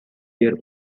their